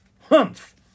Humph